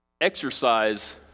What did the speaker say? exercise